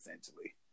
essentially